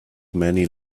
many